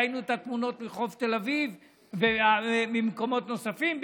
ראינו את התמונות בחוף תל אביב וממקומות נוספים,